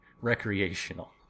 recreational